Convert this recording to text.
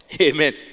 Amen